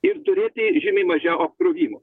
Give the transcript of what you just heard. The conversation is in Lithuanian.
ir turėti žymiai mažiau apkrovimo